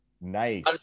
Nice